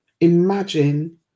Imagine